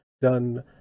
done